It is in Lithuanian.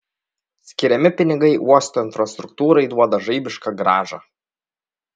skiriami pinigai uosto infrastruktūrai duoda žaibišką grąžą